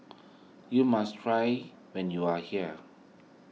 you must try when you are here